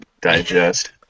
digest